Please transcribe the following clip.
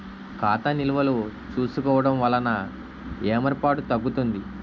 ఖాతా నిల్వలు చూసుకోవడం వలన ఏమరపాటు తగ్గుతుంది